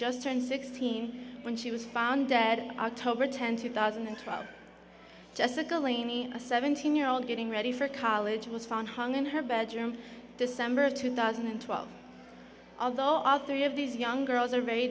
just turned sixteen when she was found dead october tenth two thousand and five jessica laney a seventeen year old getting ready for college was found hung in her bedroom december of two thousand and twelve although all three of these young girls are very